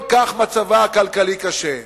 שמצבה הכלכלי כל כך קשה.